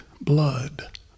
blood